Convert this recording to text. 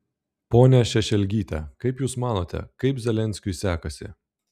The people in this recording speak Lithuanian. ponia šešelgyte kaip jūs manote kaip zelenskiui sekasi